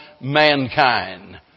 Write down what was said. mankind